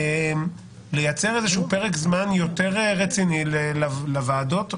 לייצר פרק זמן יותר רציני לוועדות השונות,